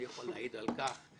אני יכול להעיד על כך.